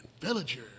Villager